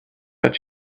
but